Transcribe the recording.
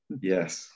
Yes